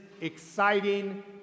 exciting